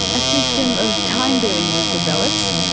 a system of time billing was developed.